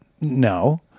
no